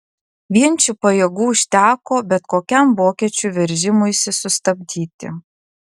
vien šių pajėgų užteko bet kokiam vokiečių veržimuisi sustabdyti